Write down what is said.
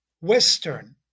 Western